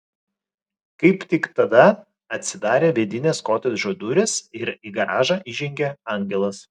kaip tik tada atsidarė vidinės kotedžo durys ir į garažą įžengė angelas